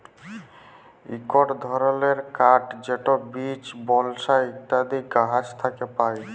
ইকট ধরলের কাঠ যেট বীচ, বালসা ইত্যাদি গাহাচ থ্যাকে পায়